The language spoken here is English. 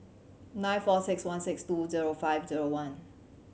nine four six one six two zero five zero one